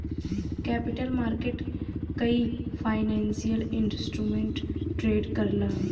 capital market कई financial instrument trade करला